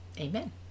Amen